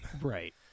Right